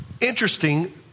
Interesting